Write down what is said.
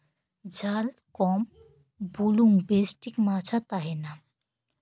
ᱡᱷᱟᱞ ᱠᱚᱢ ᱵᱩᱞᱩᱝ ᱵᱮᱥᱴᱷᱤᱠ ᱢᱟᱪᱷᱟ ᱛᱟᱦᱮᱱᱟ